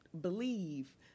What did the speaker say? believe